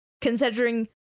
considering